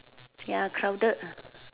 ya crowded ah